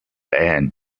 and